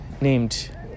named